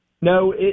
No